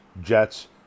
Jets